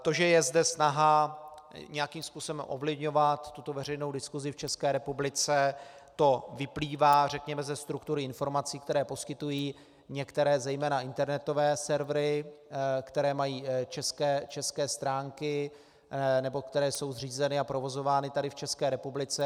To, že je zde snaha nějakým způsobem ovlivňovat tuto veřejnou diskusi v České republice, to vyplývá, řekněme, ze struktury informací, které poskytují některé zejména internetové servery, které mají české stránky nebo které jsou zřízeny a provozovány tady v České republice.